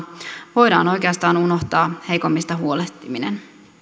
voidaan oikeastaan unohtaa heikommista huolehtiminen